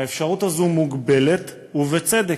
האפשרות הזאת מוגבלת, ובצדק,